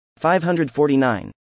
549